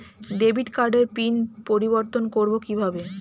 Debit কার্ডের pin পরিবর্তন করবো কীভাবে?